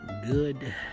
Good